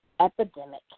Epidemic